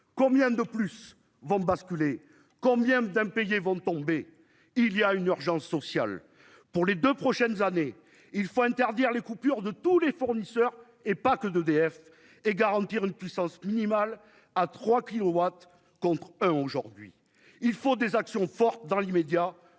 combien de plus vont basculer combien d'impayés vont tomber, il y a une urgence sociale pour les 2 prochaines années il faut interdire les coupures de tous les fournisseurs, et pas que d'EDF et garantir une puissance minimale à 3 kilowatts contre, hein, aujourd'hui, il faut des actions fortes dans l'immédiat,